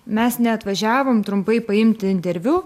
mes neatvažiavom trumpai paimti interviu